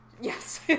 yes